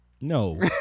No